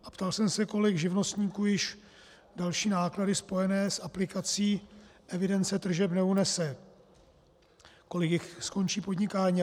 A ptal jsem se, kolik živnostníků další náklady spojené s aplikací evidence tržeb neunese, kolik jich skončí podnikání.